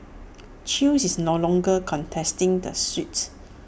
chew is no longer contesting the suit